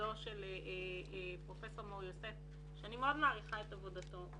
בכבודו של פרופסור מור יוסף שאני מאוד מעריכה את עבודתו.